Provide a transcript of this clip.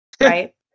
right